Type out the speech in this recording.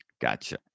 Gotcha